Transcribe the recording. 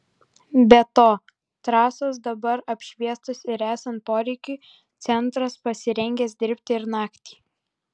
be to trasos dabar apšviestos ir esant poreikiui centras pasirengęs dirbti ir naktį